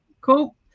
cool